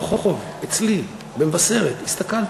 ברחוב, אצלי, במבשרת, הסתכלתי: